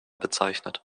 bezeichnet